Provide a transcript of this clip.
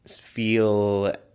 feel